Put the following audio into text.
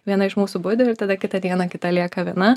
viena iš mūsų budi ir tada kitą dieną kita lieka viena